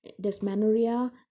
dysmenorrhea